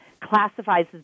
classifies